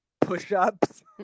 push-ups